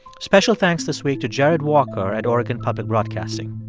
special thanks this week to jerad walker at oregon public broadcasting.